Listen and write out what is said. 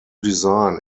design